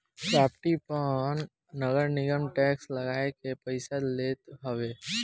property पअ नगरनिगम tax लगाइ के पईसा लेत हवे